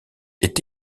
est